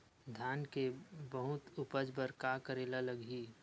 धान के बहुत उपज बर का करेला लगही?